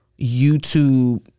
YouTube